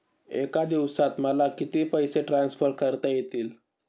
एका दिवसात मला किती पैसे ट्रान्सफर करता येतील?